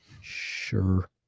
Sure